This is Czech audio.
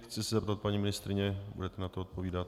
Chci se zeptat paní ministryně: Budete na to odpovídat?